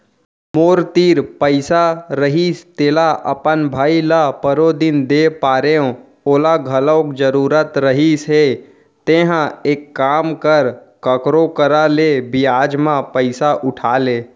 मोर तीर पइसा रहिस तेला अपन भाई ल परोदिन दे परेव ओला घलौ जरूरत रहिस हे तेंहा एक काम कर कखरो करा ले बियाज म पइसा उठा ले